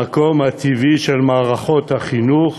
המקום הטבעי של מערכות החינוך